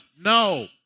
No